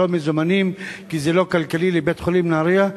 מזומנים כי זה לא כלכלי לבית-החולים "נהרייה"?